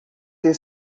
ter